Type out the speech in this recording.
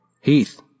Heath